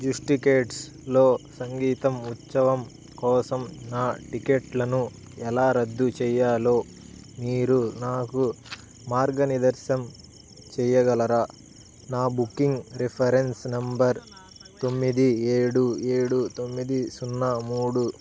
జస్టికెట్స్లో సంగీతం ఉత్సవం కోసం నా టిక్కెట్లను ఎలా రద్దు చేయాలో మీరు నాకు మార్గనిర్దేశం చేయగలరా నా బుకింగ్ రిఫరెన్స్ నెంబర్ తొమ్మిది ఏడు ఏడు తొమ్మిది సున్నా మూడు